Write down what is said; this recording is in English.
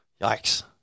Yikes